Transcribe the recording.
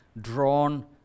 drawn